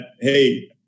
Hey